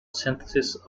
synthesis